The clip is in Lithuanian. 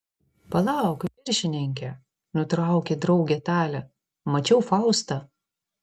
palauk viršininke nutraukė draugę talė mačiau faustą